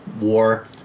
war